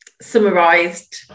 summarised